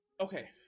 Okay